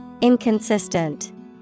Inconsistent